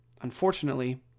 Unfortunately